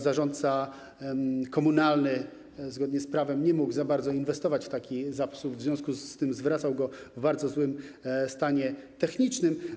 Zarządca komunalny zgodnie z prawem nie mógł za bardzo inwestować w taki zasób, w związku z tym zwracał go w bardzo złym stanie technicznym.